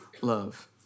love